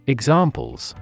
Examples